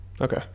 Okay